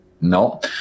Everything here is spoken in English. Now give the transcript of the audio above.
No